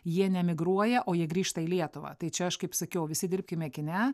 jie neemigruoja o jie grįžta į lietuvą tai čia aš kaip sakiau visi dirbkime kine